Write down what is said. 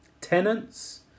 tenants